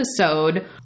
episode